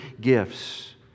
gifts